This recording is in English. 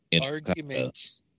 arguments